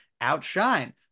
outshine